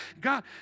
God